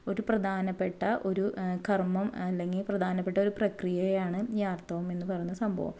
ഒരു പ്രധാനപ്പെട്ട ഒരു കർമ്മം അല്ലെങ്കിൽ പ്രധാനപ്പെട്ട ഒരു പ്രക്രിയയാണ് ഈ ആർത്തവം എന്ന് പറയുന്ന സംഭവം